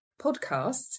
podcasts